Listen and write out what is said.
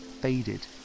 faded